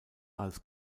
als